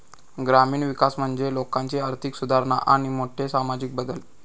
ग्रामीण विकास म्हणजे लोकांची आर्थिक सुधारणा आणि मोठे सामाजिक बदल